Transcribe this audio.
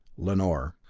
lanor.